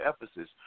Ephesus